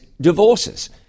divorces